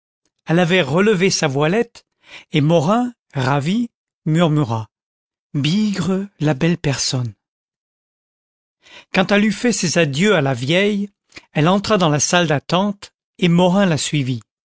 elle avait relevé sa voilette et morin ravi murmura bigre la belle personne quand elle eut fait ses adieux à la vieille elle entra dans la salle d'attente et morin la suivit